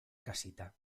casita